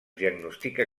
diagnostica